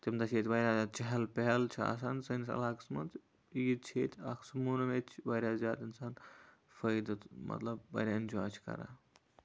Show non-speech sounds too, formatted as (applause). تَمۍ دۄہ چھُ ییٚتہِ واریاہ زیادٕ چَہَل پہَل چھُ آسان سٲنِس علاقَس منز عیٖد چھِ ییٚتہِ اکھ سُہ (unintelligible) ییٚتہِ چھُ واریاہ زیادٕ اِنسان فٲیدٕ مطلب واریاہ اٮ۪نجاے چھُ کران